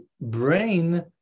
brain